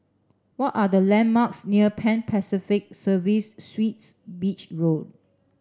what are the landmarks near Pan Pacific Serviced Suites Beach Road